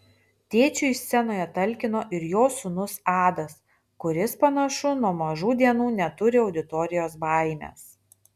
tėčiui scenoje talkino ir jo sūnus adas kuris panašu nuo mažų dienų neturi auditorijos baimės